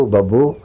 Babu